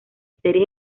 series